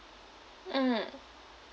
mm